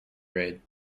raid